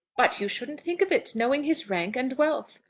but you shouldn't think of it, knowing his rank and wealth.